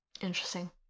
interesting